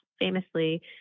famously